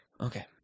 Okay